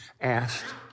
asked